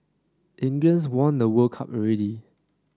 England's won the World Cup already